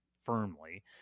firmly